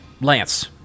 Lance